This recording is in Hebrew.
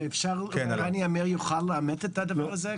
אפשר שרני עמיר יאמת את הדבר הזה,